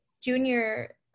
junior